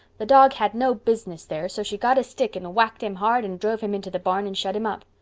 the dog had no business there so she got a stick and whacked him hard and drove him into the barn and shut him up.